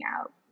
out